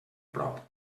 prop